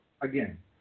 again